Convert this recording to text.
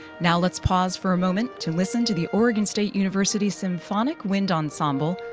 now let's pause for a moment to listen to the oregon state university symphonic wind ensemble,